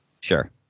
Sure